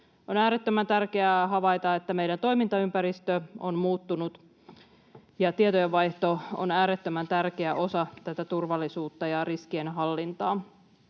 On äärettömän tärkeää havaita, että meidän toimintaympäristö on muuttunut, ja tietojenvaihto on äärettömän tärkeä osa tätä turvallisuutta ja riskienhallintaa.